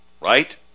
right